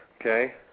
okay